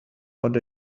what